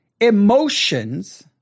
emotions